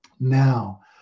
Now